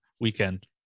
weekend